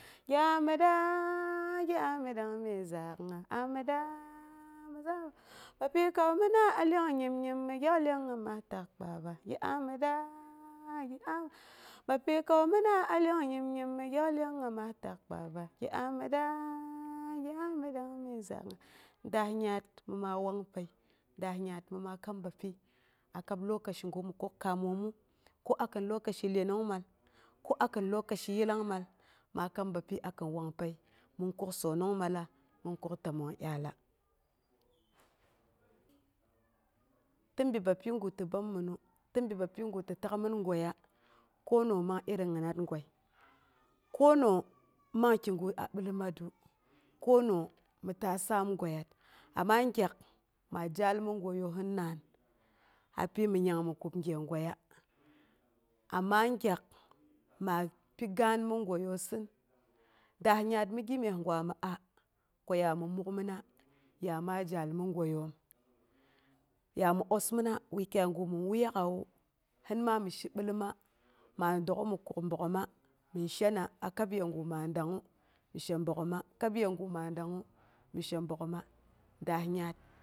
Gi aa mi dangng, gi a mi dang mi zaakung, gi aa mi dangng gi aa mi dangng mi zaak'ung. Bapyi kau mina nyim- nyim mi gyok ngima taau kpaba, gi aa mi dangng gi a mi dangng mi zaak'ung. Daah gyat mi ma wangpəi daah gyat mi ma kam bapyi a kab lokaci gu mi kuk kaamomu, ko akin lokaci iyenongmal, ko akin lokaci yillangmal, ma kam bapyi akin wangpəi min kuk sonong malla, min kuk təmong dyaala. Tɨnn bi bapyi gu ti bəom mɨnu, tin bi bapyi gu tɨ takmin goiya, koonoh man iri ginat goi, konooh man kigu a bilomatru. Ko nooh mi ta əaam goiyat. Amma gyak ma zhal mi goiyosin naan hai tɨmmi n'yang mi kub gye goiya. Amma gyak ma pi gaan mi goiyosin daak yaat migi myesgira mi aa ko yami mukmina, ya ma zhall mi goiyom. Ya mi osmina wukyaigu min wukai a wu hin ma mi shibiloma, ma dok'u mi kum bogghoma mɨn shena a kab yegu ma dangngu mi she bogghoma kab yegu maa dangngu mi she bogghoma, daah yaat